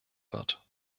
wird